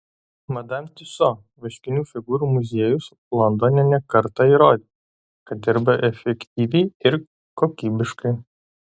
madam tiuso vaškinių figūrų muziejus londone ne kartą įrodė kad dirba efektyviai ir kokybiškai